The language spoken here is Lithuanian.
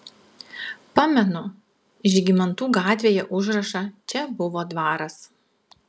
pamenu žygimantų gatvėje užrašą čia buvo dvaras